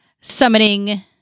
summoning